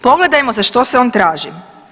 Pogledajmo za što se on traži.